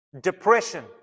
depression